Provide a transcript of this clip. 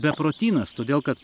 beprotynas todėl kad